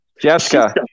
Jessica